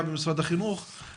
מינית